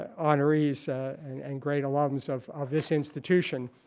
ah honorees and and great alums of of this institution.